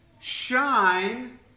shine